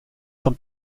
vom